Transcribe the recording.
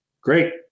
great